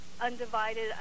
undivided